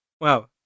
Wow